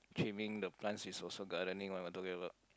trimming the plants is also gardening what what are you talking about